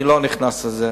אני לא נכנס לזה.